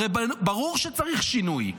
הרי ברור שצריך שינוי,